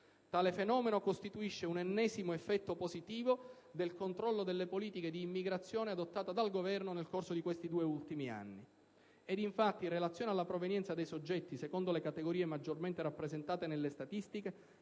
Tale fenomeno costituisce un ennesimo effetto positivo del controllo delle politiche di immigrazione adottato dal Governo nel corso di questi due ultimi anni. Ed infatti, in relazione alla provenienza dei soggetti, secondo le categorie maggiormente rappresentate nelle statistiche,